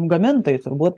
gamintojai turbūt